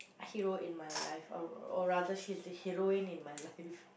hero in my life uh or rather she's the heroine in my life